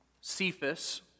Cephas